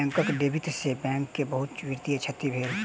bank डकैती से bank के बहुत वित्तीय क्षति भेल